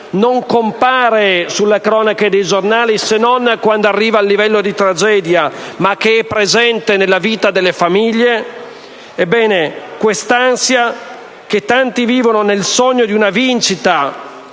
non compare sulle cronache dei giornali, se non quando arriva al livello di tragedia, ma che è presente nella vita delle famiglie) che tanti vivono nel sogno di una vincita,